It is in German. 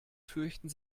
fürchten